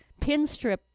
pinstrip